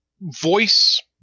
voice